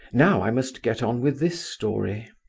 now i must get on with this story.